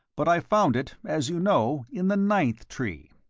but i found it, as you know, in the ninth tree.